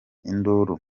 induru